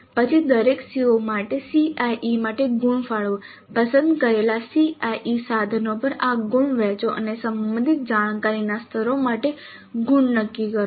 પછી દરેક CO માટે CIE માટે ગુણ ફાળવો પસંદ કરેલા CIE સાધનો પર આ ગુણ વહેંચો અને સંબંધિત જાણકારીના સ્તરો માટે ગુણ નક્કી કરો